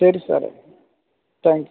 ശരി സാറേ thank U